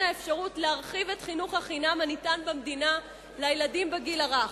האפשרות להרחיב את חינוך החינם הניתן במדינה לילדים בגיל הרך.